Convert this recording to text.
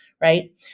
right